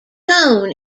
cone